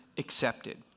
Accepted